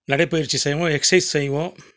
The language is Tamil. நடைப்பயிற்சி செய்வோம் எக்ஸைஸ் செய்வோம்